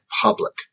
public